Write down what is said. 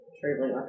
truly